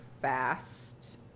fast